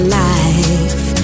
life